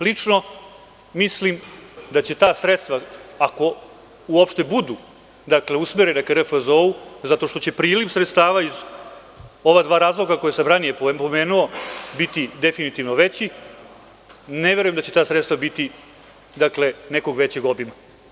Lično mislim da će ta sredstva, ako uopšte budu usmerena ka RFZO, zato što će priliv sredstava iz ova dva razloga koja sam ranije pomenuo biti definitivno veći, ne verujem da će ta sredstva biti nekog većeg obima.